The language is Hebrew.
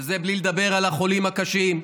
וזה בלי לדבר על החולים הקשים.